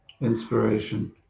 inspiration